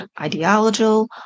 ideological